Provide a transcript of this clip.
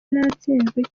natsinzwe